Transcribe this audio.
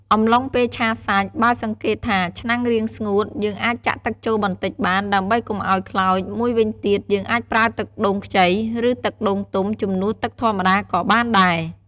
អំំឡុងពេលឆាសាច់ បើសង្កេតថាឆ្នាំងរាងស្ងួត យើងអាចចាក់ទឹកចូលបន្តិចបាន ដើម្បីកុំឱ្យខ្លោច មួយវិញទៀត យើងអាចប្រើទឹកដូងខ្ចី ឬ ទឹកដូងទុំជំនួសទឹកធម្មតាក៏បានដែរ។